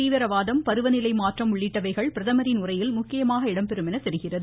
தீவிரவாதம் பருவநிலை மாற்றம் உள்ளிட்டவைகள் பிரதமரின் உரையில் முக்கிய இடம்பெறும் என தெரிகிறது